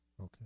okay